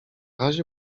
razie